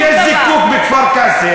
אם יש זיקוק בכפר-קאסם,